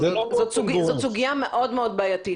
זאת סוגיה מאוד מאוד בעייתית,